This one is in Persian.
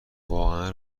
واقعا